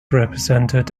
represented